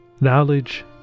Knowledge